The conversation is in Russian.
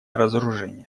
разоружение